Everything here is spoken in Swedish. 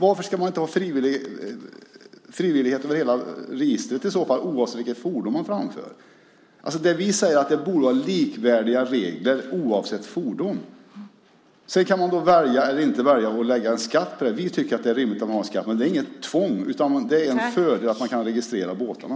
Varför ska man i så fall inte ha frivillighet över hela registret oavsett vilket fordon man framför? Det vi säger är att det borde vara likvärdiga regler oavsett fordon. Sedan kan man välja att lägga eller att inte lägga en skatt på det här. Vi tycker att det är rimligt att ha en skatt på båtar, men det är inget tvång. Men det är en fördel om man kan registrera båtarna.